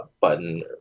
button